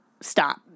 stop